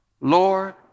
Lord